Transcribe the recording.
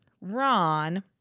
Ron